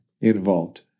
involved